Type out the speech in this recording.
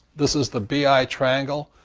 this is the b i triangle.